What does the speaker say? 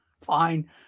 fine